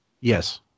Yes